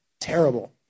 terrible